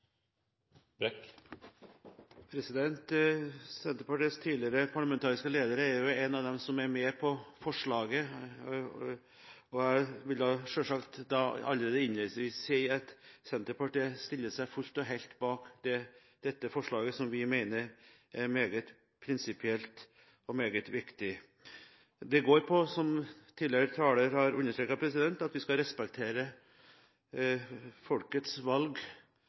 forslaget. Senterpartiets tidligere parlamentariske leder er en av dem som er med på forslaget, så jeg vil selvsagt allerede innledningsvis si at Senterpartiet stiller seg fullt og helt bak dette forslaget, som vi mener er meget prinsipielt og meget viktig. Det går ut på, som tidligere taler har understreket, at vi skal respektere folkets valg.